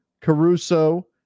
Caruso